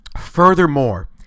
Furthermore